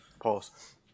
Pause